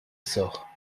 sort